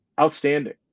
outstanding